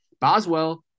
Boswell